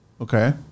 okay